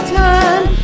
time